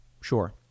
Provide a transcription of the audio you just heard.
Sure